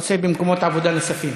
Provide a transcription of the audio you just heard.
ככה הוא עושה במקומות עבודה נוספים.